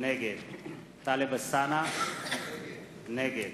נגד טלב אלסאנע, נגד